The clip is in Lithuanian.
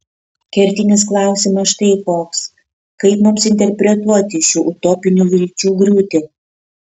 kertinis klausimas štai koks kaip mums interpretuoti šių utopinių vilčių griūtį